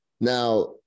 Now